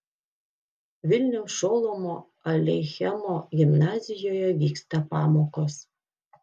vilniaus šolomo aleichemo gimnazijoje vyksta pamokos